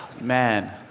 Man